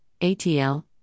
ATL